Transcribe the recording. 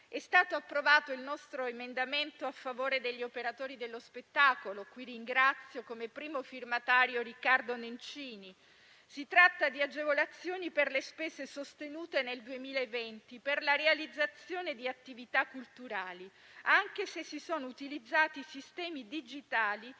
È stato approvato il nostro emendamento a favore degli operatori dello spettacolo (qui ringrazio come primo firmatario Riccardo Nencini): si tratta di agevolazioni per le spese sostenute nel 2020 per la realizzazione di attività culturali, anche se si sono utilizzati sistemi digitali